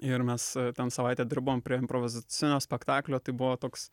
ir mes ten savaitę dirbom prie improvizacinio spektaklio tai buvo toks